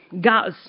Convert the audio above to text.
gas